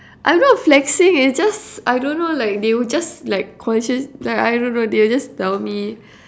I'm not flexing it's just I don't know like they'll just like conscious I I don't know they'll just tell me